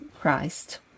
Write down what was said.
Christ